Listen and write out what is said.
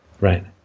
Right